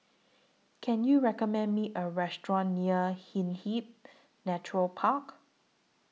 Can YOU recommend Me A Restaurant near Hindhede Nature Park